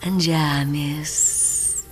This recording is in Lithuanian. ant žemės